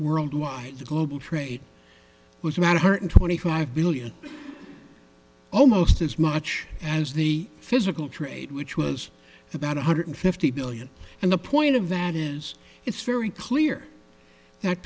worldwide global trade was about to hurt and twenty five billion almost as much as the physical trade which was about one hundred fifty billion and the point of that is it's very clear that